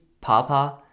Papa